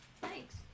Thanks